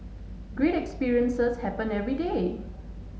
great experiences happen every day